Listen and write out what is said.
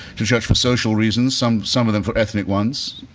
to church for social reasons. some some of them for ethnic ones,